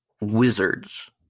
wizards